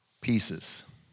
pieces